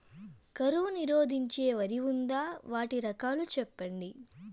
కరువు నిరోధించే వరి ఉందా? వాటి రకాలు చెప్పండి?